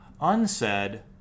Unsaid